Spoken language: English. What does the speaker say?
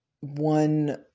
one